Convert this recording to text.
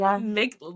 make